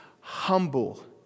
humble